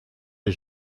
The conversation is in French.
des